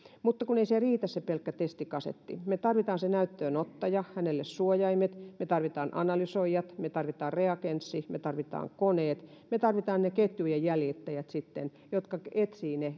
mutta kun ei se riitä se pelkkä testikasetti me tarvitsemme näytteenottajan hänelle suojaimet me tarvitsemme analysoijat me tarvitsemme reagenssin me tarvitsemme koneet me tarvitsemme sitten ketjujen jäljittäjät jotka etsivät ne